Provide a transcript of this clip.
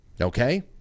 okay